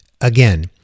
Again